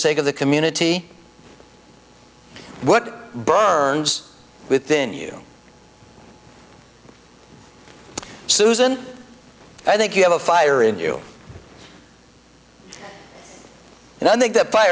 sake of the community what burns within you susan i think you have a fire in you and i think th